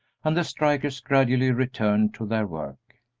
and the strikers gradually returned to their work.